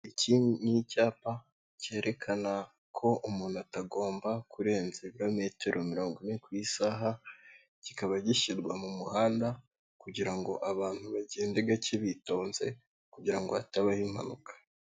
Iki ni icyapa cyerekana ko umuntu atagomba kurenza ibirometero mirongo ine ku isaha, kikaba gishyirwa mu muhanda kugirango abantu bagende gake bitonze, kugirango hatabaho impanuka.